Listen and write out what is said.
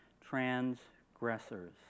transgressors